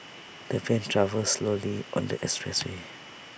the van travelled slowly on the expressway